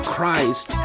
Christ